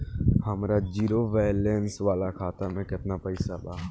हमार zero balance वाला खाता में केतना पईसा बा?